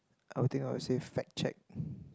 I would think I would say fact check